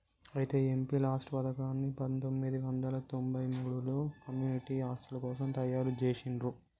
అయితే ఈ MP LADS పథకాన్ని పందొమ్మిది వందల తొంభై మూడులలో కమ్యూనిటీ ఆస్తుల కోసం తయారు జేసిర్రు